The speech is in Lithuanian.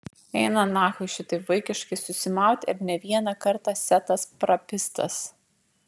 eina nachui šitaip vaikiškai susimaut ir ne vieną kartą setas prapistas